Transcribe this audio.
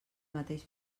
mateix